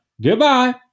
Goodbye